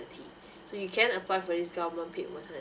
so you can apply for this government paid maternity